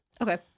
Okay